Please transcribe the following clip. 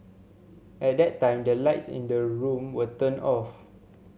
at that time the lights in the room were turned off